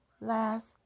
last